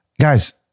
guys